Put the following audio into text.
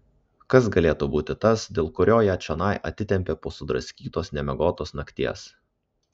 kas galėtų būti tas dėl kurio ją čionai atitempė po sudraskytos nemiegotos nakties